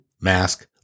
mask